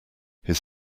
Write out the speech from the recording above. his